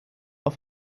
auf